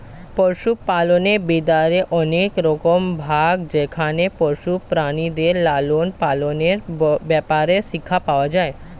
পশুপালন বিদ্যার অনেক রকম ভাগ যেখানে পশু প্রাণীদের লালন পালনের ব্যাপারে শিক্ষা পাওয়া যায়